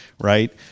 right